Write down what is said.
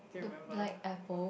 the the black apple